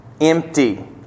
empty